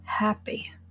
happy